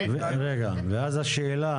ואז השאלה